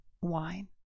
wine